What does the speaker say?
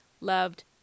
loved